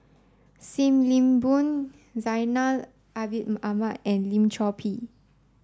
Sim Nee Boon Zainal Ahmad and Lim Chor Pee